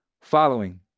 following